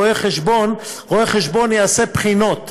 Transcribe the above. רואה-חשבון יעשה בחינות,